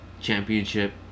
championship